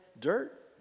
dirt